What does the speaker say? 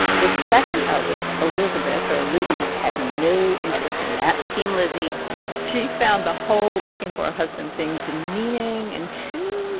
the second eldest, elizabeth or lizzy, had no interest in that team lizzy yes. she found the whole looking-for-a-husband thing demeaning and too.